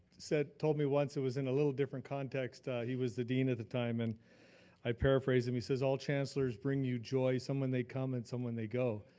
said, told me once, it was in a little different context. he was the dean at the time and i paraphrase him. he says all chancellors bring you joy, some when they come and some when they go.